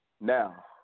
Now